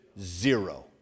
zero